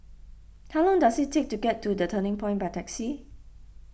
how long does it take to get to the Turning Point by taxi